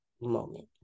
moment